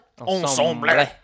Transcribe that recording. Ensemble